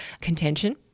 contention